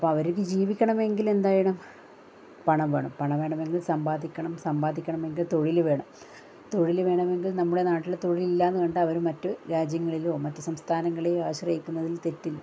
അപ്പം അവർക്ക് ജീവിക്കണമെങ്കിൽ എന്ത് വേണം പണം വേണം പണം വേണമെങ്കിൽ സമ്പാദിക്കണം സമ്പാദിക്കണമെങ്കിൽ തൊഴില് വേണം തൊഴില് വേണമെങ്കിൽ നമ്മുടെ നാട്ടില് തൊഴിലില്ല എന്ന് കണ്ടാൽ അവര് മറ്റ് രാജ്യങ്ങളിലോ മറ്റു സംസ്ഥാനങ്ങളിലോ ആശ്രയിക്കുന്നതിൽ തെറ്റില്ല